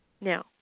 Now